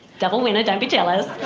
double winner, don't be jealous.